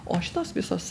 o šitos visos